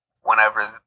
whenever